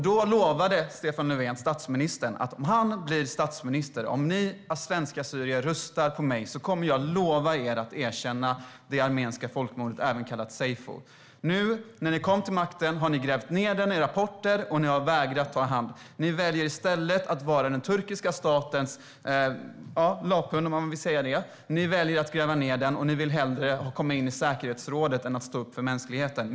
Då sa Stefan Löfven: Om ni svensk-assyrier röstar på mig och jag blir statsminister lovar jag er att jag kommer att erkänna det armeniska folkmordet, även kallat seyfo. Nu när ni har kommit till makten har ni grävt ned frågan i rapporter. Ni väljer i stället att vara den turkiska statens knähund. Ni vill hellre komma in i säkerhetsrådet än att stå upp för mänskligheten.